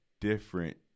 different